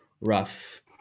rough